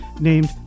named